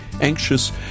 anxious